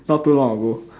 not too long ago